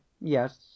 yes